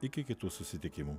iki kitų susitikimų